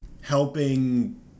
helping